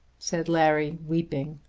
said larry weeping.